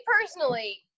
personally